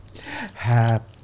Happy